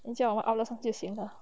你叫我们 outlet 上就行了